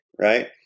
right